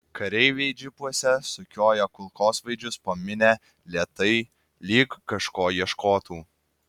kareiviai džipuose sukioja kulkosvaidžius po minią lėtai lyg kažko ieškotų